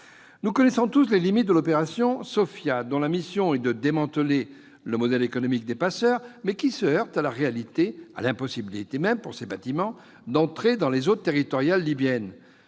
Nous connaissons tous les limites de l'opération Sophia, dont la mission est de démanteler le modèle économique des passeurs, mais qui se heurte à la réalité, c'est-à-dire à l'impossibilité, pour ses bâtiments, d'entrer dans les eaux territoriales libyennes.